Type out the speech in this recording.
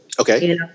Okay